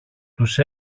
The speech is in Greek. τους